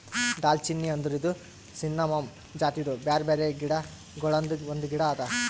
ದಾಲ್ಚಿನ್ನಿ ಅಂದುರ್ ಇದು ಸಿನ್ನಮೋಮಮ್ ಜಾತಿದು ಬ್ಯಾರೆ ಬ್ಯಾರೆ ಗಿಡ ಗೊಳ್ದಾಂದು ಒಂದು ಗಿಡ ಅದಾ